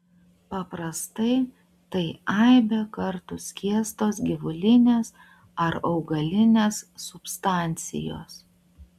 paprastai tai aibę kartų skiestos gyvulinės ar augalinės substancijos